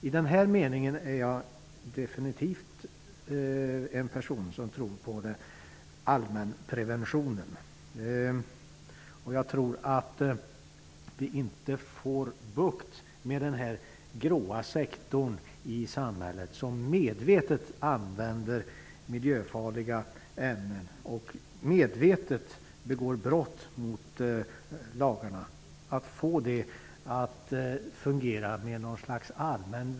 I detta sammanhang tror jag definitivt på allmänpreventionen. Jag menar att vi inte genom något slags allmän vädjan till berörda personer och intressen får bukt med en grå sektor i samhället i vilken man medvetet använder miljöfarliga ämnen och avsiktligt begår brott mot lagarna. Det är utsiktslöst.